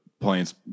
planes